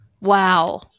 Wow